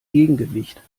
gegengewicht